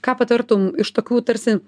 ką patartum iš tokių tarsi